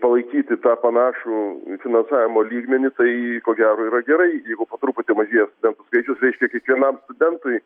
palaikyti tą panašų finansavimo lygmenį tai ko gero yra gerai jeigu po truputį mažėja studentų skaičius reiškia kiekvienam studentui